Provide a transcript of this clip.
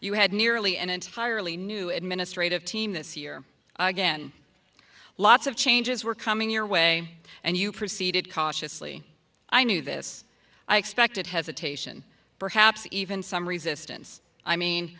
you had nearly an entirely new administrative team this year again lots of changes were coming your way and you proceeded cautiously i knew this i expected hesitation perhaps even some resistance i mean